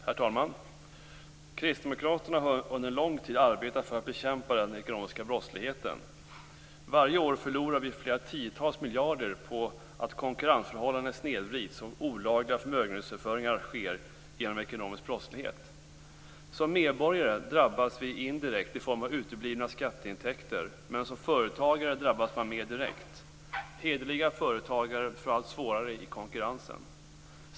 Herr talman! Kristdemokraterna har under en lång tid arbetat för att bekämpa den ekonomiska brottsligheten. Varje år förlorar vi flera tiotals miljarder på att konkurrensförhållanden snedvrids och olagliga förmögenhetsöverföringar sker genom ekonomisk brottslighet. Som medborgare drabbas vi indirekt i form av uteblivna skatteintäkter, men som företagare drabbas man mer direkt. Hederliga företagare får det allt svårare i konkurrensen.